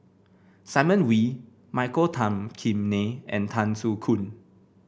Simon Wee Michael Tan Kim Nei and Tan Soo Khoon